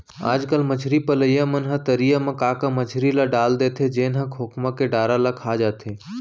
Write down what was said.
आजकल मछरी पलइया मन ह तरिया म का का मछरी ल डाल देथे जेन ह खोखमा के डारा ल खा जाथे